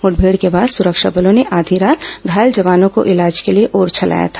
मुठभेड़ के बाद सुरक्षा बलों ने आधी रात घायल जवानों को इलाज के लिए ओरछा लाया था